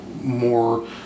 more